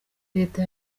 leta